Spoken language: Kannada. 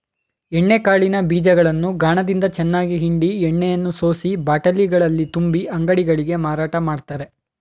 ಎಣ್ಣೆ ಕಾಳಿನ ಬೀಜಗಳನ್ನು ಗಾಣದಿಂದ ಚೆನ್ನಾಗಿ ಹಿಂಡಿ ಎಣ್ಣೆಯನ್ನು ಸೋಸಿ ಬಾಟಲಿಗಳಲ್ಲಿ ತುಂಬಿ ಅಂಗಡಿಗಳಿಗೆ ಮಾರಾಟ ಮಾಡ್ತರೆ